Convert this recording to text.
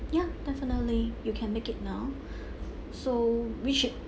yeah definitely you can make it now so which